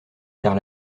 car